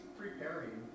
preparing